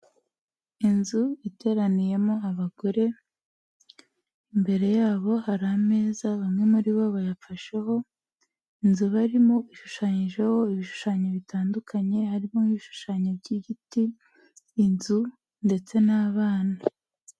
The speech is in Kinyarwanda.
Inzu iteraniyemo abagore, imbere yabo hari ameza bamwe muri bo bayafasheho, inzu barimo ishushanyijeho ibishushanyo bitandukanye harimo ibishushanyo by'igiti, inzu ndetse n'abana.